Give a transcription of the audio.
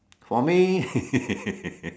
for me